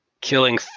Killing